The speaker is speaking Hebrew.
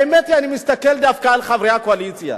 האמת היא שאני מסתכל דווקא על חברי הקואליציה,